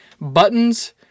buttons